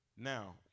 Now